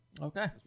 Okay